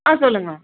ஆ சொல்லுங்கள்